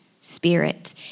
spirit